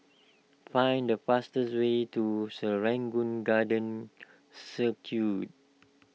find the fastest way to Serangoon Garden Circus